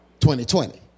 2020